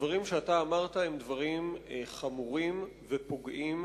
הדברים שאתה אמרת הם דברים חמורים ופוגעים,